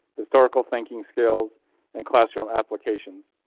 historical thinking skills and classroom applications.